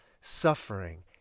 suffering